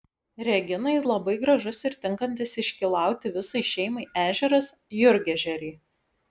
reginai labai gražus ir tinkantis iškylauti visai šeimai ežeras jurgežeriai